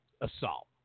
assault